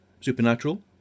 Supernatural